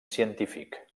científic